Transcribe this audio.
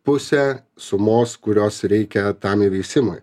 pusę sumos kurios reikia tam įveisimui